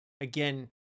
again